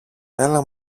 έλα